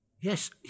Yes